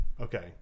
Okay